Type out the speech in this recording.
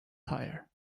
tyre